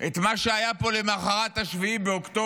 את מה שהיה פה למוחרת 7 באוקטובר